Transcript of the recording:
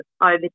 over